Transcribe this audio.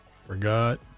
forgot